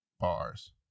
bars